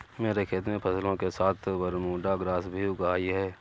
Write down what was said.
मेरे खेत में फसलों के साथ बरमूडा ग्रास भी उग आई हैं